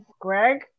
greg